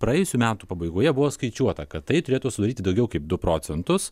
praėjusių metų pabaigoje buvo skaičiuota kad tai turėtų sudaryti daugiau kaip du procentus